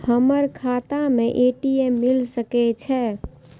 हमर खाता में ए.टी.एम मिल सके छै?